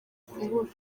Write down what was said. kubura